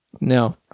No